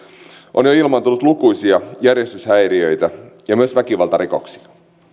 on jo ilmaantunut lukuisia järjestyshäiriöitä ja myös väkivaltarikoksia